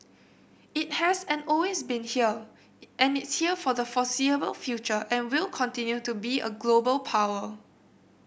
it has and always been here and it's here for the foreseeable future and will continue to be a global power